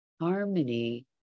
harmony